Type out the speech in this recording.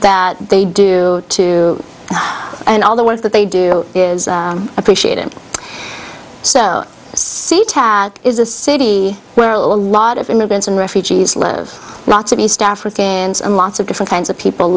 that they do to and all the work that they do is appreciated so see tad is a city where a lot of immigrants and refugees live lots of east africa and lots of different kinds of people